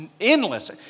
endless